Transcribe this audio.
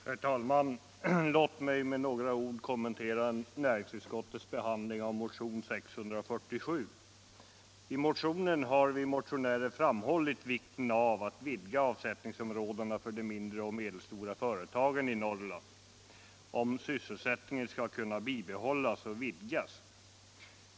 Herr talman! Låt mig med några ord kommentera näringsutskottets behandling av motionen 647. Där har vi motionärer framhållit vikten av att vidga avsättningsområdena för de mindre och medelstora företagen i Norrland, om sysselsättningen där skall kunna bibehållas och vidgas.